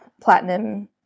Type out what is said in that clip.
Platinum